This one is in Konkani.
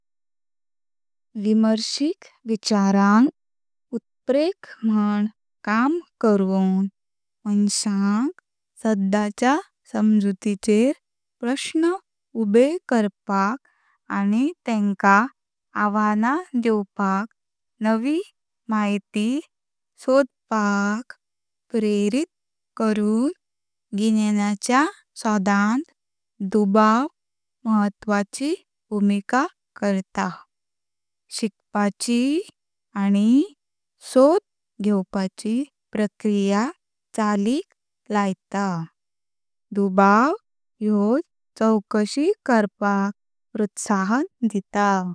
विमर्शिक विचारंक उत्रेक म्हुण काम करून, माणसांक सद्दाच्या समजुतीचेर प्रश्न उबे करपाक आनी तेंका आव्हाण दिवपाक नवी माहिती सोडपाक प्रेरित करून ज्ञानाच्या शोधांत डुबाव महत्वाची भूमिका करता। शिकपाची आनी शोध घेवपाची प्रक्रिया चालिक लागत। डुबाव ह्यो चवकशी करपाक प्रोत्साहन दिता।